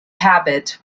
habit